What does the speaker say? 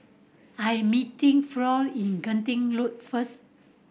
I am meeting Floyd in Genting Road first